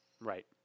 Right